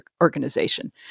Organization